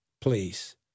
Please